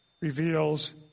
reveals